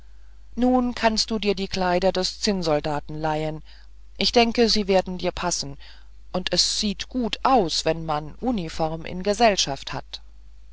nun kannst du dir die kleider des zinnsoldaten leihen ich denke sie werden dir passen und es sieht gut aus wenn man uniform in gesellschaft hat